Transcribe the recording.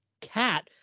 cat